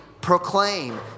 proclaim